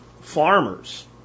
farmers